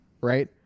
right